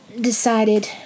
decided